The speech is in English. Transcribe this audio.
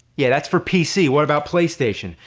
yeah, that's for pc, what about playstation?